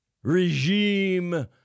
regime